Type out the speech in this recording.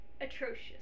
atrocious